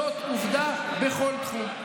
זאת עובדה בכל תחום.